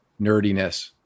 nerdiness